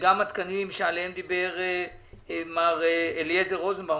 וגם התקנים שעליהם דיבר מר אליעזר רוזנבאום,